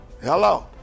hello